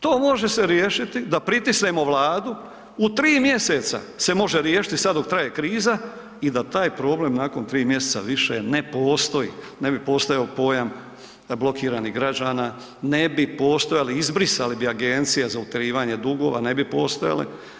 To se može riješiti da pritisnemo Vladu u tri mjeseca se može riješiti sada dok traje kriza i da taj problem nakon tri mjeseca više ne postoji, ne bi postojao pojam blokiranih građana, ne bi postojale izbrisali bi agencije za utjerivanje dugova ne bi postojale.